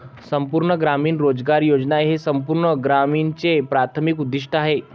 संपूर्ण ग्रामीण रोजगार योजना हे संपूर्ण ग्रामीणचे प्राथमिक उद्दीष्ट आहे